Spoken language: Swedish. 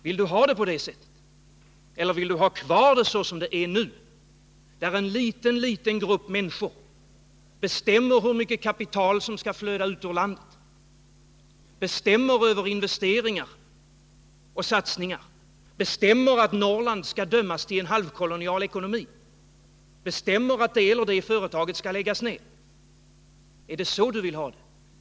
Vill du ha det på det sättet, eller vill du ha kvar det såsom det är nu, då en liten grupp människor bestämmer hur mycket kapital som skall flöda ut ur landet, bestämmer över investeringar och satsningar, bestämmer att Norrland skall dömas till en halvkolonial ekonomi eller bestämmer att det och det företaget skall läggas ned?